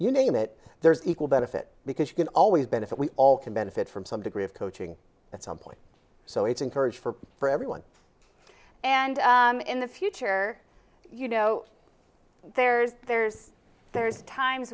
you name it there's equal benefit because you can always benefit we all can benefit from some degree of coaching at some point so it's encouraged for for everyone and in the future you know there's there's there's times